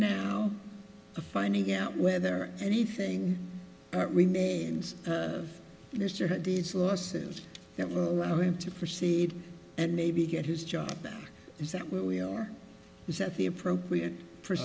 now finding out whether anything remains of mr deeds losses that will allow him to proceed and maybe get his job back is that where we are is that the appropriate